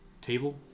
table